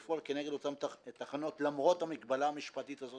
לפעול כנגד אותן תחנות למרות המגבלה המשפטית הזו